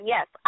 Yes